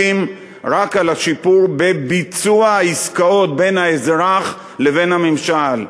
רק על השיפור בביצוע העסקאות בין האזרח לבין הממשל,